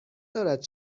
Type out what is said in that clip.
دارد